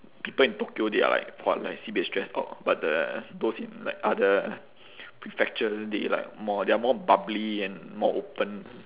people in tokyo they are like !wah! like sibeh stressed out but the those in like other prefectures they like more they are more bubbly and more open